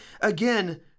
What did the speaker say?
Again